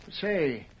Say